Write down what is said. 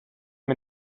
mit